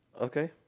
Okay